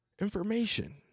information